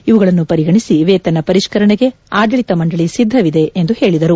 ಇವುಗಳನ್ನು ಪರಿಗಣಿಸಿ ವೇತನ ಪರಿಷ್ತರಣೆಗೆ ಆಡಳಿತ ಮಂಡಳಿ ಸಿದ್ದವಿದೆ ಎಂದು ಹೇಳಿದರು